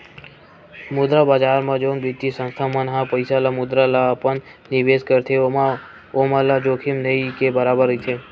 मुद्रा बजार म जउन बित्तीय संस्था मन ह पइसा ल मुद्रा ल अपन निवेस करथे ओमा ओमन ल जोखिम नइ के बरोबर रहिथे